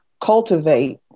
cultivate